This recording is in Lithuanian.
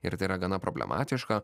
ir tai yra gana problematiška